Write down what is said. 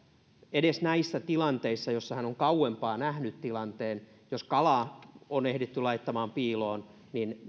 edes näissä tilanteissa joissa hän on kauempaa nähnyt tilanteen jos kala on ehditty laittaa piiloon niin